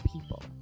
people